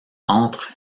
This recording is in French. entre